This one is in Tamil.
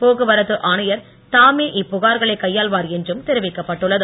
போக்குவரத்து ஆணையர் தாமே இப்புகார்களை கையான்வார் என்றும் தெரிவிக்கப்பட்டுள்ளது